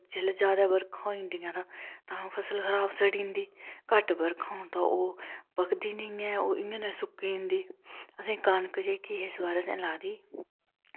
जिसलै जादै बरखांंंंं होई जंदियां ता तां फसल सड़ी जंदी घट्ट बरखां होन तां ओह् पक्कदी नेईं ऐ ओह् इयां नैं सुक्की जंदी असें कनक जेह्की इस बार असें इस बार लादी